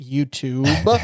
YouTube